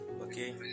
okay